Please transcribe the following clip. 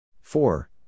four